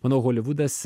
manau holivudas